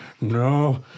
No